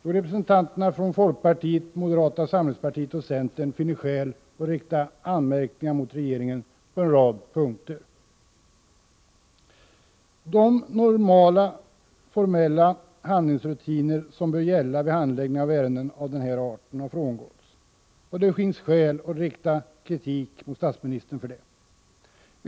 Jo, representanterna från folkpartiet, moderata samlingspartiet och centern finner skäl att rikta anmärkningar mot regeringen på en rad punkter. De normala formella handlingsrutiner som bör gälla vid handläggningen av ärenden av denna art har frångåtts, och det finns skäl att rikta kritik mot statsministern för detta.